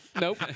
Nope